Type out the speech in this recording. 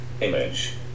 Image